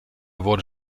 wurde